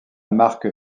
marque